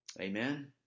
Amen